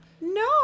No